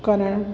करणु